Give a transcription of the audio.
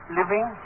living